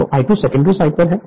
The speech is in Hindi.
तो I2 सेकेंडरी साइड पर है